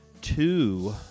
Two